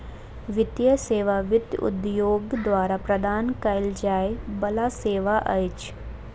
वित्तीय सेवा वित्त उद्योग द्वारा प्रदान कयल जाय बला सेवा अछि